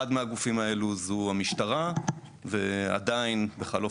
אחד מהגופים האלה זו המשטרה ועדיין בחלוף